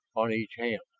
on each hand.